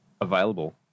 available